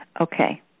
Okay